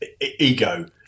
ego